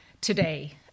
today